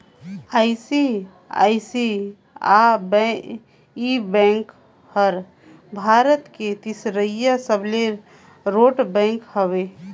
ICICI bank हर भारत के तीसरईया सबले रोट बेंक हवे